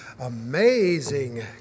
Amazing